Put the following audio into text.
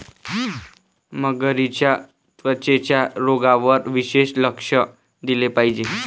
मगरींच्या त्वचेच्या रोगांवर विशेष लक्ष दिले पाहिजे